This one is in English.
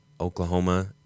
Oklahoma